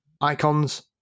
Icons